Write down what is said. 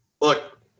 look